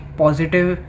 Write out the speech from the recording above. positive